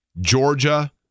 Georgia